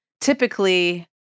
typically